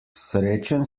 srečen